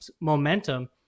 momentum